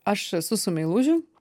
aš esu su meilužiu